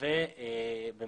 כלכליות גם.